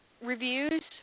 reviews